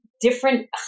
different